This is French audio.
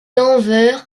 denver